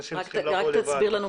אנשים צריכים לבוא לבד.